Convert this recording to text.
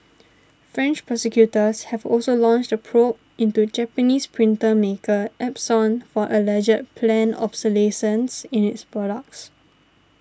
French prosecutors have also launched a probe into Japanese printer maker Epson for alleged planned obsolescence in its products